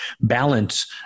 balance